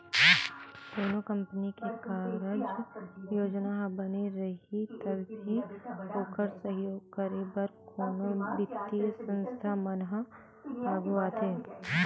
कोनो कंपनी के कारज योजना ह बने रइही तभी ओखर सहयोग करे बर कोनो बित्तीय संस्था मन ह आघू आथे